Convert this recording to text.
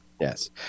Yes